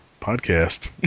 Podcast